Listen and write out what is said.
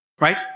Right